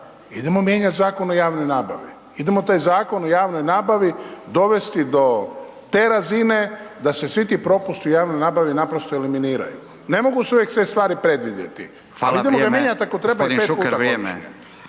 idemo mijenjati Zakon o javnoj nabavi. Idemo taj Zakon o javnoj nabavi dovesti do te razine da se svi ti propusti u javnoj nabavi naprosto eliminiraju. Ne mogu se uvijek sve stvari predvidjeti. .../Upadica: Hvala, vrijeme./...